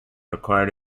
required